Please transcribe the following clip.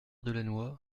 delannoy